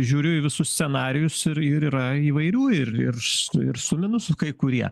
žiūriu į visus scenarijus ir ir yra įvairių ir ir su ir su minusu kai kurie